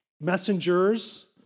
messengers